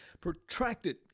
protracted